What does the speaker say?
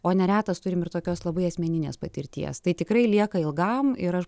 o neretas turim ir tokios labai asmeninės patirties tai tikrai lieka ilgam ir aš